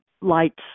lights